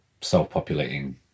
self-populating